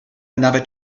another